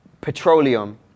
petroleum